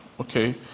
okay